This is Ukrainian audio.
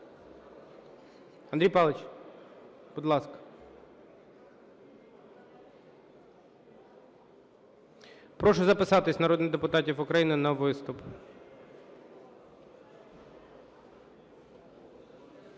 Андрій Павлович, будь ласка. Прошу записатися народних депутатів України на виступ.